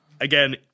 again